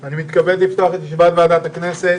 אני מתכבד לפתוח את ישיבת ועדת הכנסת.